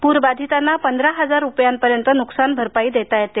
पूर बाधितांना पंधरा हजार रुपयांपर्यंत नुकसान भरपाई देता येते